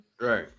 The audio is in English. Right